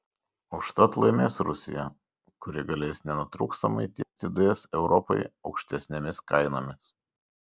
užtat laimės rusija kuri galės nenutrūkstamai tiekti dujas europai aukštesnėmis kainomis